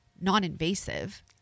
non-invasive